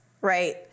right